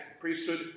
priesthood